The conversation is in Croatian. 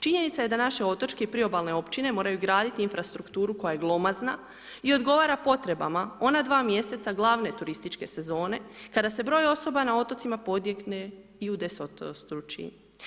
Činjenica je da naše otočke i priobalne općine moraju graditi infrastrukturu koja je glomazna i odgovara potrebama ona dva mjeseca glavne turističke sezone kada se broj osoba na otocima podigne i udeseterostruči.